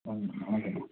ம் okay madam